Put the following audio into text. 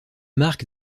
marque